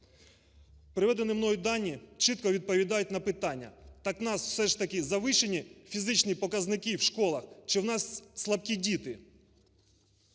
Приведені мною дані чітко відповідають на питання: так у нас все ж таки завищені фізичні показники у школах чи в нас фізично слабкі діти?